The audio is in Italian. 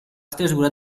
stesura